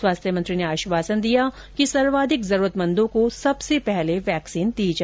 स्वास्थ्य मंत्री ने आश्वासन दिया कि सर्वाधिक जरूरत मंदों को सबसे पहल वैक्सीन दी जायेगी